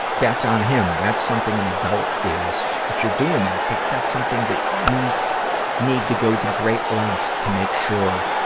that's on him. that's something an adult is if you're doing that, that's something that you need to go to great lengths to make sure